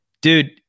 dude